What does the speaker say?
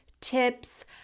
tips